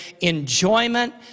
enjoyment